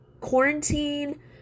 quarantine